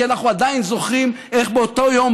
כי אנחנו עדיין זוכרים איך באותו יום,